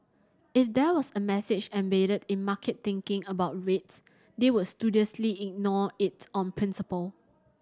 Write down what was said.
if there was a message embedded in market thinking about rates they would studiously ignore it on principle